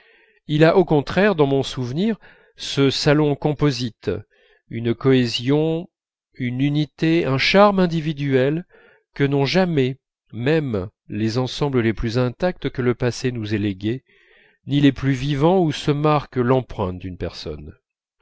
il a au contraire dans mon souvenir ce salon composite une cohésion une unité un charme individuel que n'ont jamais même les ensembles les plus intacts que le passé nous a légués ni les plus vivants où se marque l'empreinte d'une personne